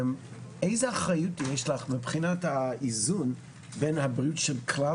איזה אחריות יש לך מבחינת האיזון בין הבריאות של כלל